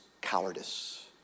cowardice